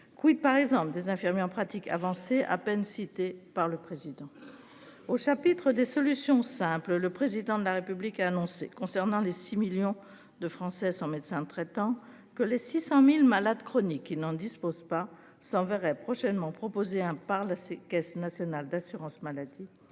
quid par exemple des infirmiers en pratique avancée à peine cité par le président. Au chapitre des solutions simples. Le président de la République a annoncé concernant les 6 millions de Français sans médecin traitant que les 600.000 malades chroniques qui n'en disposent pas s'enverrait prochainement proposer un parle c'est Caisse nationale d'assurance maladie